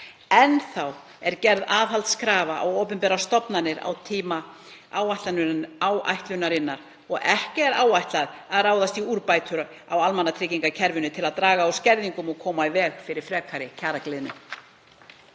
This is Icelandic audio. Enn er gerð aðhaldskrafa á opinberar stofnanir á tíma áætlunarinnar og ekki áætlað að ráðast í úrbætur á almannatryggingakerfinu til að draga úr skerðingum og koma í veg fyrir frekari kjaragliðnun.